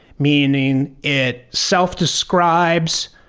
meaning, it self-describes.